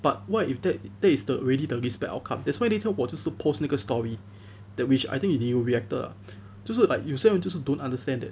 but what if that that is the already the least bad outcome that's why 那一天我就是 post 那个 story that which I think you reacted ah 就是 like 有些人就是 don't understand that